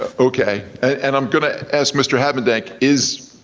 ah okay, and i'm gonna ask mr. habedank, is